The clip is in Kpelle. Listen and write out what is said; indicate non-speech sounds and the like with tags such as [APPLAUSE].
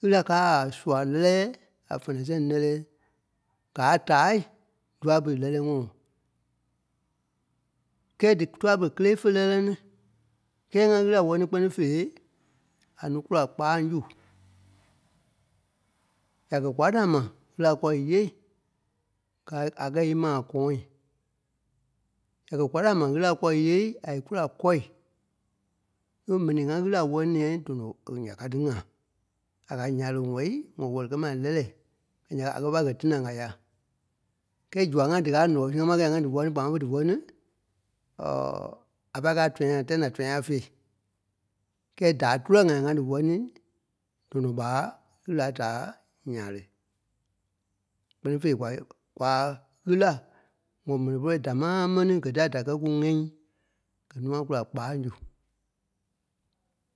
ɣîla káa a sua lɛ́lɛɛ da fɛnɛ sɛŋ lɛ́lɛɛ. Gáa tâai dûa pere lɛ́lɛɛ ŋɔ́nɔ. Kɛ́ɛ dí tua pere kélee fé lɛ́lɛ ní. Kɛ́ɛ ŋá ɣîla wɛli ní kpɛ́ni fêi, a núu kula kpáaŋ su. [NOISE] Ya kɛ̀ kwaa da ma ɣîla kɔ̂ɔ íyêei, gáa- a kɛ́ ímaa kɔ̃ɔi. Ya kɛ̀ kwaa da ma ɣîla kɔ̂ɔ íyêei, a í kula kɔ̂i. So m̀ɛnii ŋá ɣîla wɛli ní lai dɔnɔ- [HESITATION] ǹya ká tí ŋa. À kɛ̀ a nyàle ŋwɔ̂i, ŋɔ wɛ̀li kɛ́ maai lɛ́lɛɛi, ǹya ɓa a pâ gɛ́ tinaŋ a ya. Kɛ́ɛ zua ŋai díkaa ǹɔɔi sui, ŋá máŋ kɛ́ ya ŋá dí wɛli ní kpaa máŋ ḿve dí wɛli ní, [HESITATION] a pâi tɔ̃yâ tãi da tɔ̃yâ féi. Kɛ́ɛ daa tulɛ ŋai ŋá dí wɛli níi, dɔnɔ ɓa ɣîla da nyàle. Kpɛ́ni fêi kwa [HESITATION] kwaa ɣîla ŋɔ m̀ɛni pɔlɔi dámaa mɛni, gɛ́ tia da kɛ́ kú ŋ́ɛi gɛ́ nûa kula kpáaŋ su.